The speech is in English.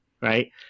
right